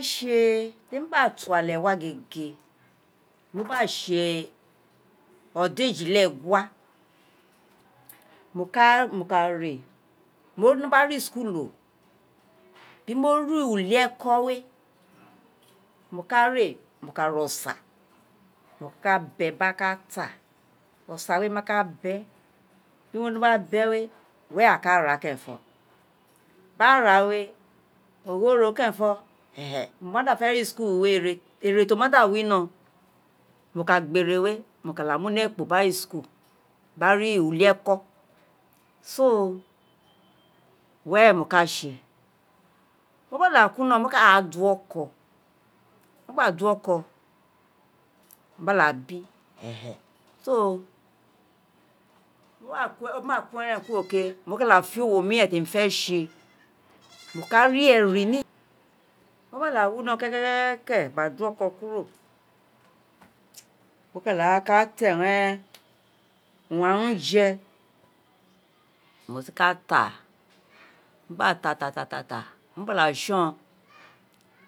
Ti emi gba tu ále wa gégé, mo ka sé odọn éji-le-egua, mo ka mo ka ré lélé gba re school di mo re uli eko wé mo gba ka ré, mo ka ra osa gba ka be gbata, osa wé ma ka bẹ, bimo winọ be wé were aghan ka ráà kerento, ba ra wé, ogho ro karento mo ma da fe re school éré ti o ma da wino, mo ka gba éré wé mo laa da mu ni ekpo gba ré school gba ré ulieko so were mo ka sé mo gba da kuri ino mo káà do oko mo gba do oko mo gba da bi so ti mo gba kuri eren kuro ké, mo ka da fe owo muren ti emi fe sé, mo ka ré eri ni, mo da wino kekeke gba do oo kuro, mo ka da laa ta urun ghan ti a je owun mo si ka táà mo gba ta tata mo ka da son